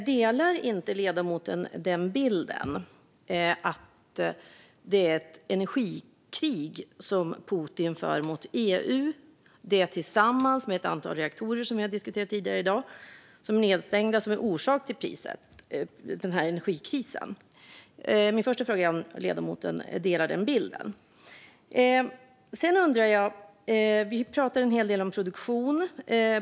Delar inte ledamoten bilden att det är ett energikrig som Putin för mot EU och att det är det tillsammans med att ett antal reaktorer är nedstängda, som vi diskuterat tidigare i dag, som är orsak till energikrisen? Min första fråga är om ledamoten delar den bilden. Vi pratar en hel del om produktion.